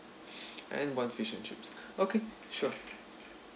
and one fish and chips okay sure